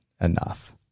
enough